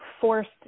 forced